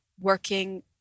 working